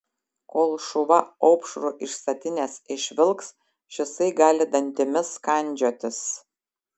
kol šuva opšrų iš statinės išvilks šisai gali dantimis kandžiotis